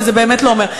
וזה באמת לא אומר.